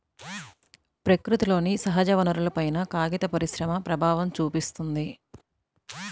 ప్రకృతిలోని సహజవనరులపైన కాగిత పరిశ్రమ ప్రభావం చూపిత్తున్నది